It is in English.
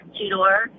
two-door